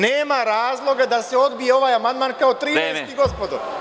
Nema razloga da se odbije ovaj amandman kao trinaesti, gospodo.